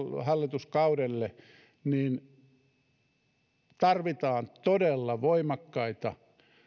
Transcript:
hallituskaudelle niin tarvitaan todella voimakkaita